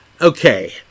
okay